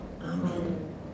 Amen